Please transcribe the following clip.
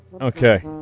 Okay